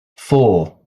four